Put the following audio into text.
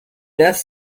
death